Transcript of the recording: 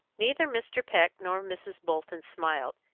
neither mr. peck nor mrs. bolton smiled,